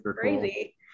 crazy